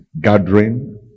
gathering